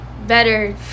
better